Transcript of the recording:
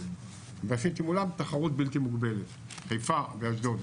ועשיתי מול תחרות בלתי מוגבלת בחיפה ובאשדוד.